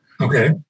Okay